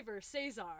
Cesar